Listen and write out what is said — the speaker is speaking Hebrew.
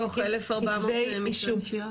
מתוך 1400 מקרי פשיעה?